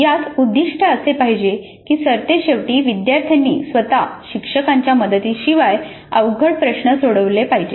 यात उद्दिष्ट असे पाहिजे की सरतेशेवटी विद्यार्थ्यांनी स्वतः शिक्षकांच्या मदतीशिवाय अवघड प्रश्न सोडवले पाहिजेत